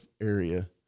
area